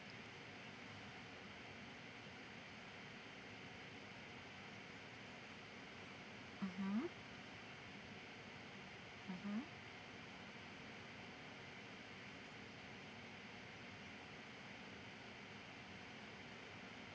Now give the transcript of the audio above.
mmhmm mmhmm